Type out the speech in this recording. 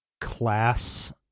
class